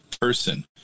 person